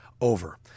over